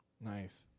Nice